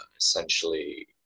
essentially